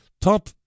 top